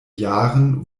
jahren